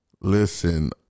listen